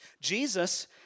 Jesus